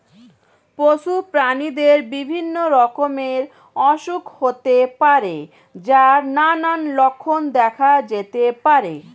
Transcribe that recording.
পশু প্রাণীদের বিভিন্ন রকমের অসুখ হতে পারে যার নানান লক্ষণ দেখা যেতে পারে